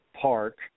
Park